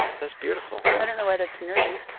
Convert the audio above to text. that's beautiful. i don't know why that's nerdy.